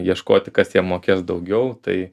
ieškoti kas jiem mokės daugiau tai